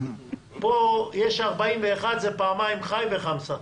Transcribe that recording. פה יש 41, זה פעמיים ח"י וחמסה.